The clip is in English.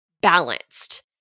balanced